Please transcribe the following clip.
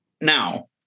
Now